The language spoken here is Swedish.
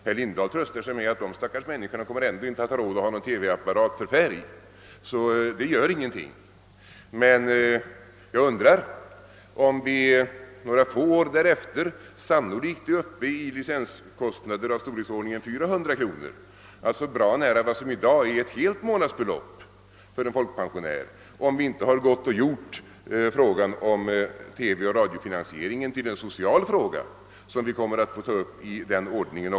Herr Lindahl tröstar sig med att de stackars människorna ändå inte kommer att ha råd att ha någon TV-apparat för färg, varför det inte gör någonting. Om vi några få år därefter sannolikt kommer upp i lcenskostnader i storleksordningen 490 kronor, alltså bra nära vad som i dag motsvarar ett helt månadsbelopp för en folkpensionär, undrar jag om vi inte har gjort frågan om TV och radiofinansieringen till en social fråga, som vi kommer att få ta upp även i den ordningen.